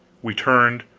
we turned,